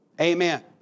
Amen